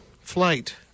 Flight